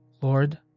Lord